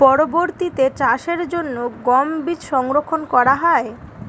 পরবর্তিতে চাষের জন্য গম বীজ সংরক্ষন করা হয়?